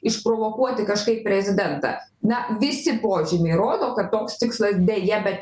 išprovokuoti kažkaip prezidentą na visi požymiai rodo kad toks tikslas deja bet